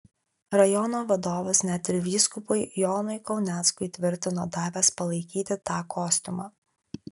rajono vadovas net ir vyskupui jonui kauneckui tvirtino davęs palaikyti tą kostiumą